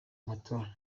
matora